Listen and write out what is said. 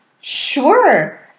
sure